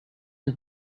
and